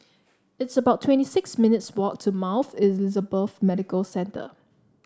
it's about twenty six minutes' walk to Mount Elizabeth Medical Centre